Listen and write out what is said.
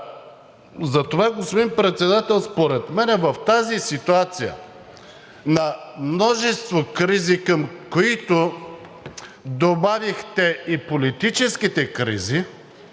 Затова, господин Председател, според мен в тази ситуация на множество кризи, към които добавихте и политическите кризи,